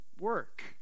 work